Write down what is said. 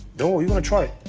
no, you gonna try it.